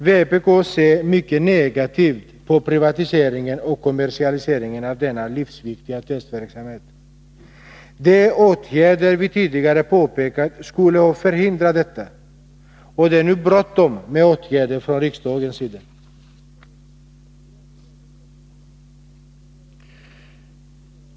Vpk ser mycket negativt på privatisering och kommersialisering av denna livsviktiga testverksamhet. De åtgärder vi tidigare har föreslagit skulle ha förhindrat detta, och det är nu bråttom med åtgärder från riksdagens sida.